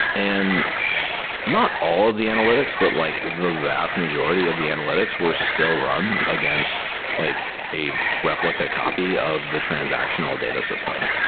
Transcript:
and not all of the analytics, but like the vast majority of the analytics were still run against like a replica copy of the transactional data system.